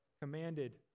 commanded